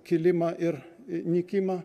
kilimą ir nykimą